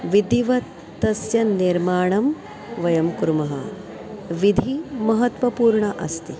विधिवत्तस्य निर्माणं वयं कुर्मः विधिः महत्त्वपूर्णः अस्ति